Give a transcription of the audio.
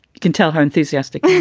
can tell how enthusiastic